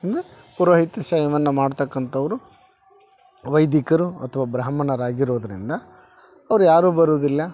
ಅಂದರೆ ಪುರೋಹಿತ ಸೇವೆಯನ್ನ ಮಾಡ್ತಕ್ಕಂಥವರು ವೈದಿಕರು ಅಥ್ವ ಬ್ರಾಹ್ಮಣರಾಗಿರೋದರಿಂದ ಅವರು ಯಾರು ಬರೋದಿಲ್ಲ